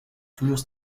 toujours